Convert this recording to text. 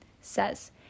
says